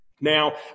Now